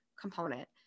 component